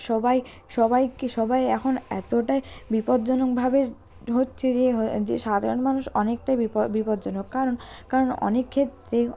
সবাই সবাইকে সবাই এখন এতটাই বিপজ্জনকভাবে হচ্ছে যে যে সাধারণ মানুষ অনেকটাই বিপদ বিপজ্জনক কারণ কারণ অনেক ক্ষেত্রেই